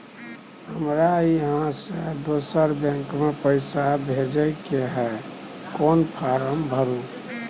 हमरा इहाँ से दोसर बैंक में पैसा भेजय के है, कोन फारम भरू?